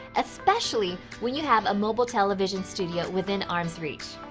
especially when you have a mobile television studio within arms reach.